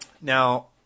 Now